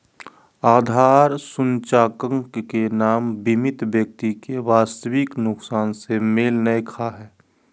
आधार सूचकांक के नाप बीमित व्यक्ति के वास्तविक नुकसान से मेल नय खा हइ